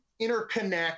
interconnect